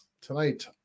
tonight